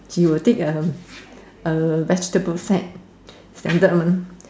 you will take a a vegetable set standard mah